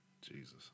Jesus